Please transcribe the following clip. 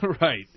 Right